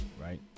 right